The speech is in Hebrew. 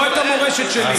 לא את המורשת שלי,